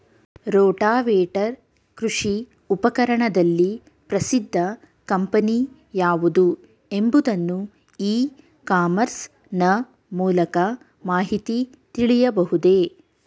Rotavator ಕೃಷಿ ಉಪಕರಣದಲ್ಲಿ ಪ್ರಸಿದ್ದ ಕಂಪನಿ ಯಾವುದು ಎಂಬುದನ್ನು ಇ ಕಾಮರ್ಸ್ ನ ಮೂಲಕ ಮಾಹಿತಿ ತಿಳಿಯಬಹುದೇ?